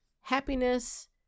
Happiness